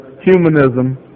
humanism